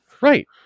Right